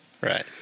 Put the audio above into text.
Right